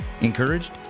encouraged